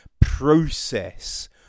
process